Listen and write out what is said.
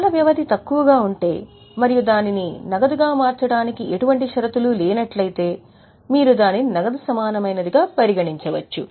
కాల వ్యవధి తక్కువగా ఉంటే మరియు దానిని నగదుగా మార్చడానికి ఎటువంటి షరతులు లేనట్లయితే మీరు దానిని నగదు సమానమైనదిగా పరిగణించవచ్చు